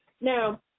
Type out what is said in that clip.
now